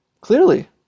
clearly